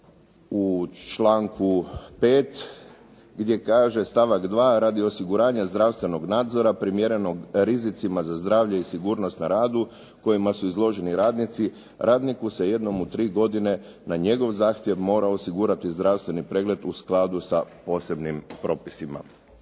u članku 5. gdje kaže stavak 2. radi osiguranja zdravstvenog nadzora primjerenog rizicima za zdravlje i sigurnost na radu kojima su izloženi radnici, radniku se jednom u tri godine na njego zahtjev mora osigurati zdravstveni pregled u skladu sa posebnim propisima.